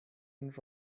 and